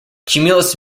cumulus